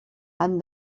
and